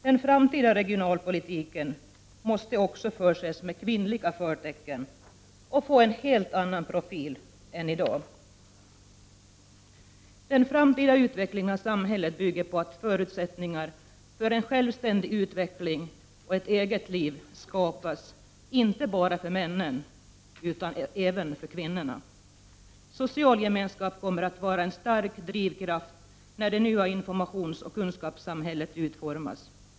Den framtida regionalpolitiken måste också förses med kvinnliga förtecken och få en helt annan profil än i dag. Den framtida utvecklingen av samhället bygger på att förutsättningar för en självständig utveckling och ett eget liv skapas, inte bara för männen utan även för kvinnorna. Social gemenskap kommer att vara en stark drivkraft när det nya informationsoch kunskapssamhället utformas.